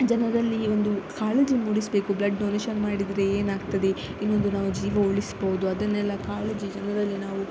ಜನರಲ್ಲಿ ಒಂದು ಕಾಳಜಿ ಮೂಡಿಸಬೇಕು ಬ್ಲಡ್ ಡೊನೇಷನ್ ಮಾಡಿದರೆ ಏನಾಗ್ತದೆ ಇನ್ನೊಂದು ನಾವು ಜೀವ ಉಳಿಸ್ಬೋದು ಅದನ್ನೆಲ್ಲ ಕಾಳಜಿ ಜನರಲ್ಲಿ ನಾವು